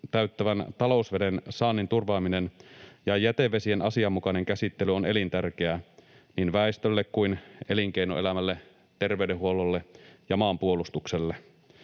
täyttävän talousveden saannin turvaaminen ja jätevesien asianmukainen käsittely on elintärkeää niin väestölle kuin elinkeinoelämälle, terveydenhuollolle ja maanpuolustukselle.